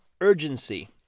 urgency